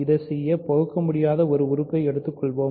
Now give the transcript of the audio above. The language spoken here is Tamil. இதைச் செய்ய பகுக்கமுடியாத ஒரு உறுப்பை எடுத்துக்கொள்வோம்